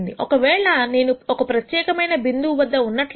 ఒకవేళ నేను ఒక ప్రత్యేకమైన బిందువు వద్ద ఉన్నట్లయితే